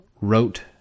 wrote